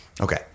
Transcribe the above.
Okay